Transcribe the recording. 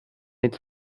its